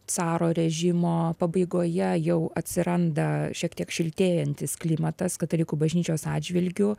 caro režimo pabaigoje jau atsiranda šiek tiek šiltėjantis klimatas katalikų bažnyčios atžvilgiu